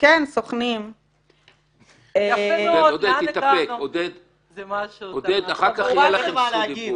לא, גם אנחנו רוצים --- מה לעשות?